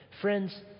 Friends